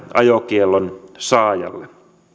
ajokiellon saajalle